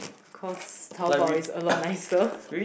cause Taobao is a lot nicer